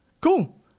Cool